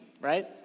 right